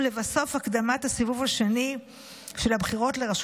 ולבסוף הקדמת הסיבוב השני של הבחירות לרשות